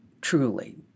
truly